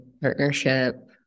partnership